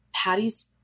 Patty's